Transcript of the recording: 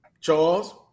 Charles